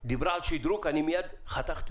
דיברה על שדרוג, אני מייד חתכתי